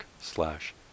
slash